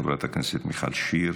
חברת הכנסת מיכל שיר,